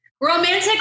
Romantic